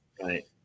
right